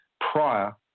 prior